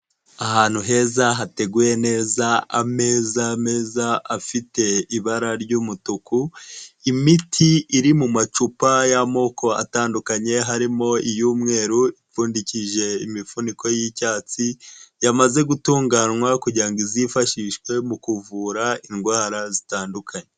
Ahantu heza hateguye neza ameza meza afite ibara ry'umutuku imiti iri mu macupa y'amoko atandukanye harimo iy'umweru ipfundikishije imifuniko y'icyatsi, yamaze gutunganywa kugira ngo izifashishwe mu kuvura indwara zitandukanye.